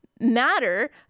matter